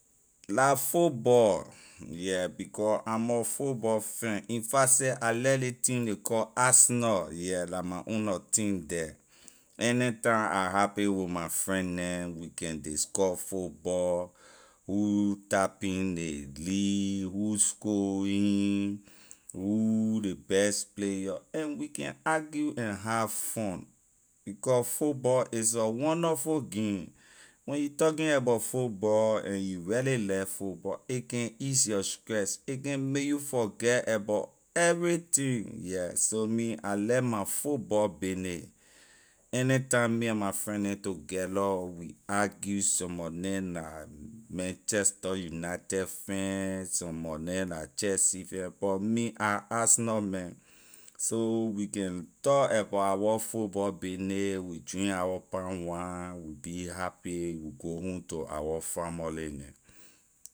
La football yeah because i’m a football fan infact seh I like ley team ley call arsenal yeah la my own nor team the anytime I happy with my friend neh we can discuss football who tapping ley league who scoring who ley best player and we can argue and have fun becor football is a wonderful game when you talking abor football and you really like football a can ease your stress a can make you forget abor everything yeah so me I like my football bayney anytime me and my friend neh together we argue some mor neh la manchester united fan some mor neh la chelsea fan but me I arsenal man so we can talk abor our football bayney we drink our palm wine we be happy we go home to our famorly neh.